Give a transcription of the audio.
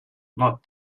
not